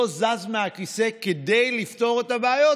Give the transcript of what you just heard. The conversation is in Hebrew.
לא זז מהכיסא כדי לפתור את הבעיות.